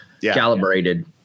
calibrated